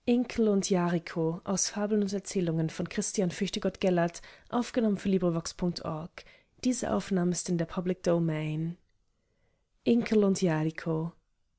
erzählungen von christian